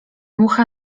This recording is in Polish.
mucha